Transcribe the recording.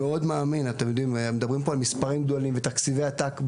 מדברים פה על מספרים גדולים ותקציבי עתק,